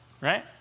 right